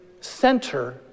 center